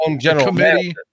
committee